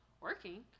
working